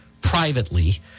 privately